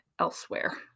elsewhere